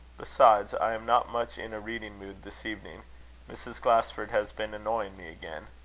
besides, i am not much in a reading mood this evening mrs. glasford has been annoying me again.